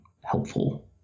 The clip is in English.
helpful